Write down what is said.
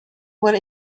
will